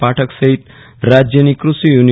પાઠક સહિત રાજ્ય ની કૃષિ યુની